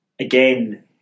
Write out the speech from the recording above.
Again